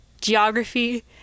geography